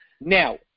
Now